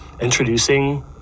introducing